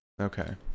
Okay